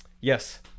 yes